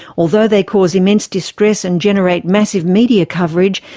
although they cause immense distress and generate massive media coverage,